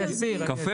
קפה